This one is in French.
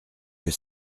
que